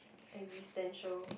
existential